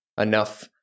enough